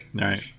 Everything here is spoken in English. right